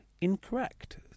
Incorrect